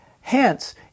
Hence